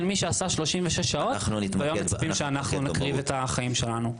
מי שעשה 36 שעות והיום מצפים שאנחנו נקריב את החיים שלנו.